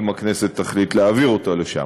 אם הכנסת תחליט להעביר אותו לשם.